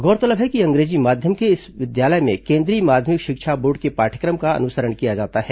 गौरतलब है कि अंग्रेजी माध्यम के इस विद्यालय में केंद्रीय माध्यमिक शिक्षा बोर्ड के पाठ्यक्रम का अनुसरण किया जाता है